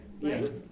right